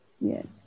Yes